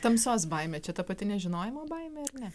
tamsos baimė čia ta pati nežinojimo baimė ar ne